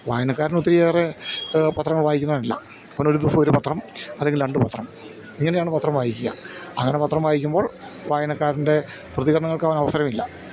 വായനക്കാരന് ഒത്തിരിയേറെ പത്രങ്ങള് വായിക്കുന്നവനല്ല അവനൊരു ദിവസം ഒരു പത്രം അല്ലെങ്കിൽ രണ്ട് പത്രം ഇങ്ങനെയാണ് പത്രം വായിക്കുക അങ്ങനെ പത്രം വായിക്കുമ്പോൾ വായനക്കാരൻ്റെ പ്രതികരണങ്ങൾക്ക് അവന് അവസരമില്ല